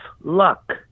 luck